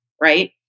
right